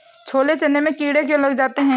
छोले चने में कीड़े क्यो लग जाते हैं?